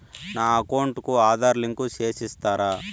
నా అకౌంట్ కు ఆధార్ లింకు సేసి ఇస్తారా?